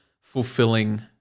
fulfilling